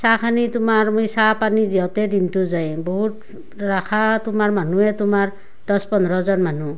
চাহখনি তোমাৰ মই চাহ পানী দিওঁতে দিনটো যায় বহুত ৰাখা তোমাৰ মানুহে তোমাৰ দছ পোন্ধজন মানুহ